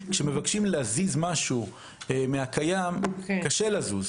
כשמבקשים להזיז משהו מהקיים, קשה לזוז.